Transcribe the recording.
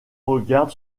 regarde